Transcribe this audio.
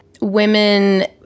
women